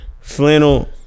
Flannel